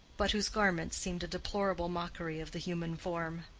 but whose garments seemed a deplorable mockery of the human form.